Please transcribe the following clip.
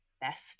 best